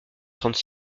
trente